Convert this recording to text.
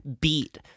beat